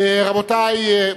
רבותי,